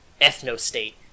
Ethnostate